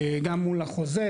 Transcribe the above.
גם מול החוזה,